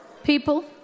People